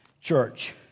Church